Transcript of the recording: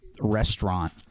restaurant